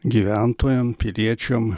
gyventojam piliečiam